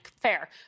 Fair